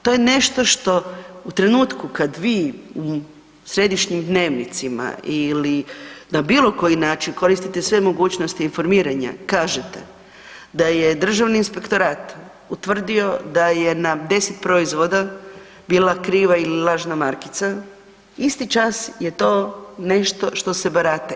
To je nešto što u trenutku kad vi u središnjim dnevnicima ili na bilo koji način koristite sve mogućnosti informiranja, kažete da je državni inspektorat utvrdio da je na 10 proizvoda bila kriva ili lažna markica isti čas je to nešto što se barata.